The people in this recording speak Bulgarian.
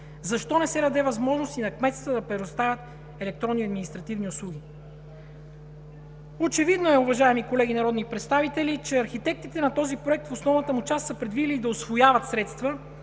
Защо не се даде възможност и на кметствата да предоставят електронни административни услуги? Очевидно е, уважаеми колеги народни представители, че архитектите на този проект в основната му част са предвидили да усвояват средства